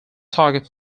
target